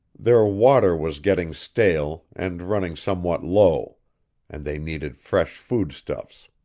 their water was getting stale, and running somewhat low and they needed fresh foodstuffs.